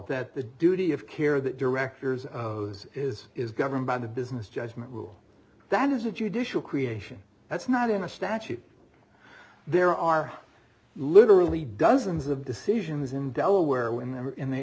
that the duty of care that directors is is governed by the business judgment rule that is a judicial creation that's not in a statute there are literally dozens of decisions in delaware when they're in the